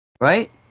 right